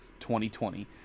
2020